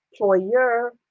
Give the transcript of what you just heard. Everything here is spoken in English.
employer